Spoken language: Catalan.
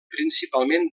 principalment